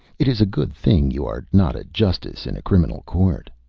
it is a good thing you are not a justice in a criminal court.